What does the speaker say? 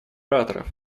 ораторов